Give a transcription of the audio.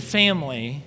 family